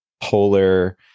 polar